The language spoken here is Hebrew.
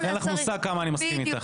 אין לך מושג כמה אני מסכים אתך.